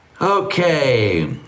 Okay